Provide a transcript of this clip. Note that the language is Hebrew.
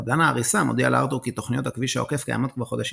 קבלן ההריסה מודיע לארתור כי תוכניות הכביש העוקף קיימות כבר חודשים